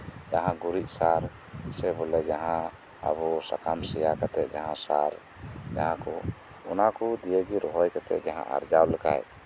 ᱡᱟᱦᱟᱸ ᱜᱩᱨᱤᱡ ᱥᱟᱨ ᱥᱮ ᱡᱟᱦᱟᱸ ᱵᱚᱞᱮ ᱟᱵᱚ ᱥᱟᱠᱟᱢ ᱥᱮᱭᱟ ᱠᱟᱛᱮᱫ ᱡᱟᱦᱟᱸ ᱥᱟᱨ ᱚᱱᱟ ᱠᱚ ᱫᱤᱭᱮ ᱜᱮ ᱨᱚᱦᱚᱭ ᱠᱟᱛᱮᱫ ᱡᱟᱦᱟᱸ ᱟᱨᱡᱟᱣ ᱠᱞᱮᱠᱷᱟᱱ